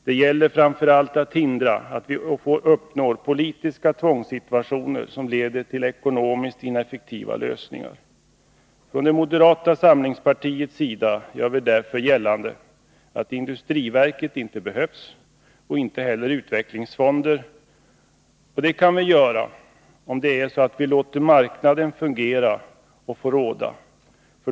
Det gäller framför allt att hindra att vi uppnår politiska tvångssituationer som leder till ekonomiskt ineffektiva lösningar. Från moderata samlingspartiets sida gör vi därför gällande att industriverket inte behövs, inte heller utvecklingsfonder om vi låter marknaden råda.